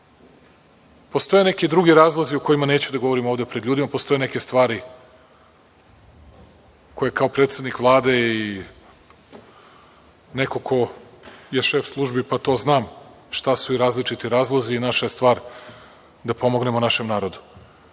Postoje neki drugi razlozi o kojima neću da govorim ovde pred ljudima, postoje neke stvari koje kao predsednik Vlade i neko ko je šef službi pa to znam šta su i različiti razlozi i naša je stvar da pomognemo našem narodu. Uspeli